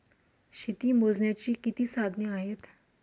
शेती मोजण्याची किती साधने आहेत?